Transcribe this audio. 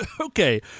Okay